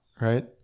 right